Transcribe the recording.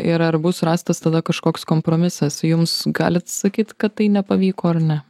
ir ar bus rastas tada kažkoks kompromisas jums galit sakyt kad tai nepavyko ar ne